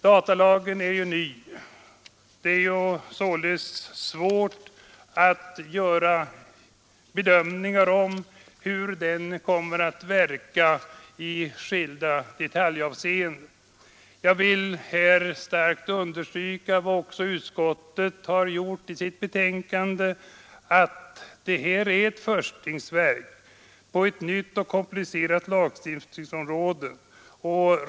Datalagen är ju ny. Det är således svårt att göra bedömningar om hur den kommer att verka i skilda detaljavseenden. Jag vill här starkt understryka vad också utskottet sagt i sitt betänkande att det här är ett förstlingsverk på ett nytt och komplicerat lagstiftningsområde.